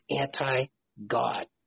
anti-God